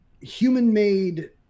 human-made